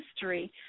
history